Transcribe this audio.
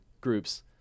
groups